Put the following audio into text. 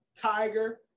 Tiger